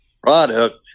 product